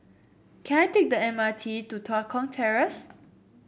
can I take the M R T to Tua Kong Terrace